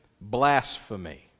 blasphemy